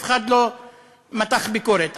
אף אחד לא מתח ביקורת.